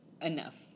enough